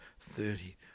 thirty